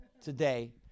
today